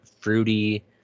fruity